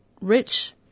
rich